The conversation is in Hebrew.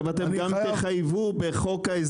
אתם תגידו לו מה לעשות?